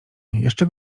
jeszcze